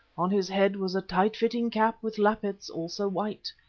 on his head was a tight-fitting cap with lappets, also white.